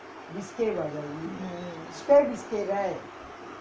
mm